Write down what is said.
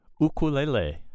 ukulele